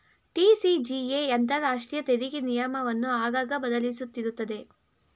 TCJA ಅಂತರಾಷ್ಟ್ರೀಯ ತೆರಿಗೆ ನಿಯಮವನ್ನು ಆಗಾಗ ಬದಲಿಸುತ್ತಿರುತ್ತದೆ